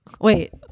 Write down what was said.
wait